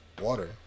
water